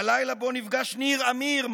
הלילה שבו נפגש ניר מאיר,